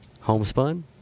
Homespun